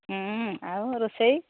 ଆଉ ରୋଷେଇ